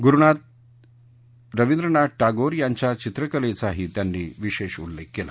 गुरुदेव रविंद्रनाथ टागोर यांच्या चित्रकलेचाही त्यांनी विशेष उल्लेख केला